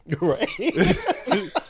Right